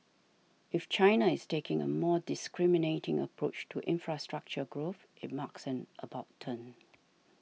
if China is taking a more discriminating approach to infrastructure growth it marks an about turn